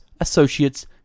associates